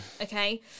okay